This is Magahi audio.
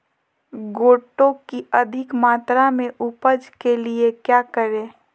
गोटो की अधिक मात्रा में उपज के लिए क्या करें?